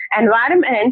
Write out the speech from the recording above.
environment